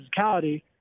physicality